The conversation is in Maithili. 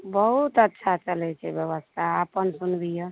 बहुत अच्छा चलै छै ब्यवस्था अपन कोन भी यऽ